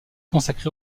consacrée